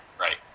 Right